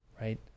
Right